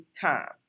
time